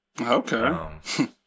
Okay